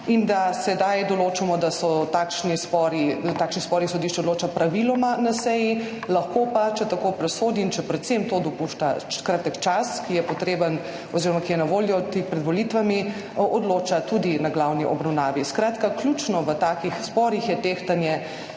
in da sedaj določamo, da o takšnih sporih sodišče odloča praviloma na seji, lahko pa, če tako presodi in predvsem če to dopušča kratek čas, ki je potreben oziroma ki je na voljo tik pred volitvami, odloča tudi na glavni obravnavi. Skratka, ključno v takih sporih je tehtanje